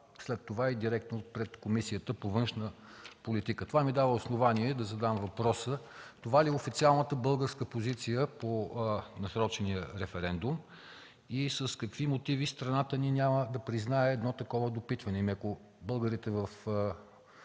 след това и директно пред Комисията по външна политика. Това ми дава основание да задам въпроса: това ли е официалната българска позиция по насрочения референдум и с какви мотиви страната ни няма да признае едно такова допитване? А ако българите в